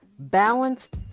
Balanced